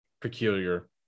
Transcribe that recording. peculiar